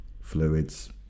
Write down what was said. fluids